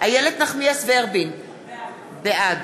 איילת נחמיאס ורבין, בעד